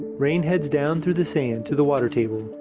rain heads down through the sand to the water table,